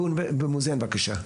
במוזיאון בבקשה.